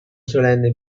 solenne